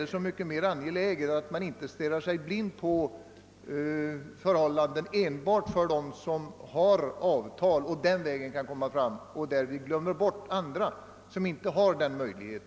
Det är emellertid angeläget att man inte stirrar sig blind på de förhållanden, som råder enbart för dem som har anställningsavtal, och därvid glömmer bort andra för vilka detta inte är fallet.